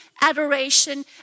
adoration